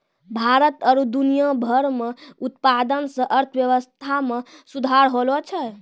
भारत आरु दुनिया भर मे उत्पादन से अर्थव्यबस्था मे सुधार होलो छै